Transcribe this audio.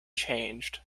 changed